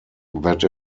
that